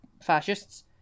fascists